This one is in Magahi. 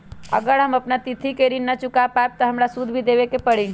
अगर हम अपना तिथि पर ऋण न चुका पायेबे त हमरा सूद भी देबे के परि?